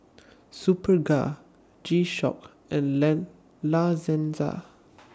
Superga G Shock and Lan La Senza